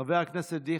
חבר הכנסת דיכטר,